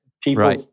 People